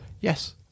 Yes